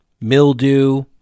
mildew